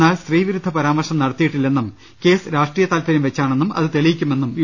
എന്നാൽ സ്ത്രീ വിരുദ്ധ പരാമർശം നട ത്തിയിട്ടില്ലെന്നും കേസ് രാഷ്ട്രീയ താല്പര്യംവെച്ചാണെന്നും അത് തെളിയിക്കുമെന്നും യു